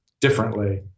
differently